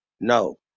no